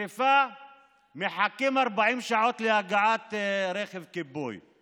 שרפה ומחכים 40 דקות להגעת רכב כיבוי.